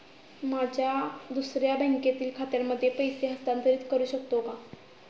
माझ्या दुसऱ्या बँकेतील खात्यामध्ये पैसे हस्तांतरित करू शकतो का?